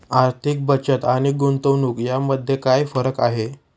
आर्थिक बचत आणि गुंतवणूक यामध्ये काय फरक आहे?